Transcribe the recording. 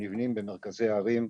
נבנים במרכזי הערים,